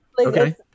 Okay